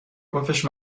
پفش